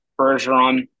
Bergeron